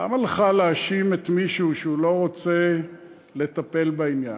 למה לך להאשים מישהו בכך שהוא לא רוצה לטפל בעניין?